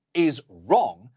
is wrong.